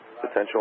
Potential